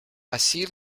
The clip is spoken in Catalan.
ací